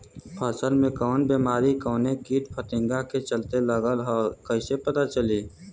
फसल में कवन बेमारी कवने कीट फतिंगा के चलते लगल ह कइसे पता चली?